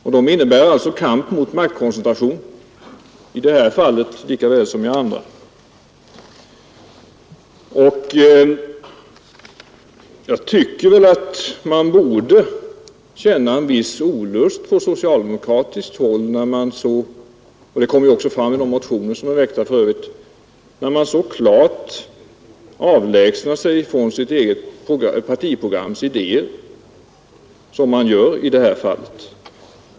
Dessa innebär kamp mot maktkoncentration, i det här fallet likaväl som i andra fall, där människors inflytande hotas. Jag tycker man borde känna en viss olust från socialdemokratiskt håll — det framgår för övrigt också av de väckta motionerna — när man så klart avlägsnar sig från sitt eget partiprograms idéer som man gör i det här fallet.